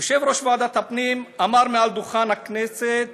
יושב-ראש ועדת הפנים אמר מעל דוכן הכנסת